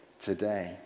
today